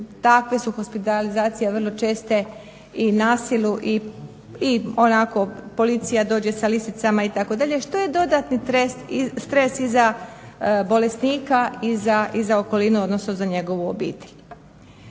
takve su hospitalizacije vrlo česte i na silu i onako policija dođe sa lisicama itd. što je dodatni stres i za bolesnika i za okolinu, odnosno za njegovu obitelj.